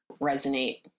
resonate